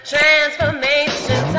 Transformation